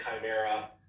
Chimera